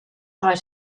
try